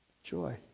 joy